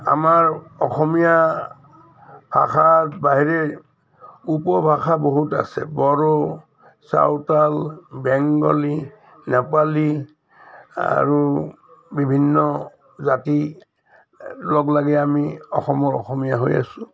আমাৰ অসমীয়া ভাষাৰ বাহিৰে উপভাষা বহুত আছে বড়ো চাওতাল বেংগলী নেপালী আৰু বিভিন্ন জাতি লগ লাগি আমি অসমৰ অসমীয়া হৈ আছোঁ